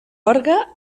orgue